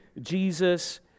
Jesus